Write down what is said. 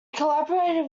collaborated